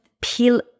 peel